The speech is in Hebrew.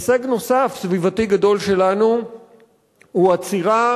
הישג נוסף סביבתי גדול שלנו הוא עצירה,